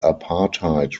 apartheid